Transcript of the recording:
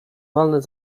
walne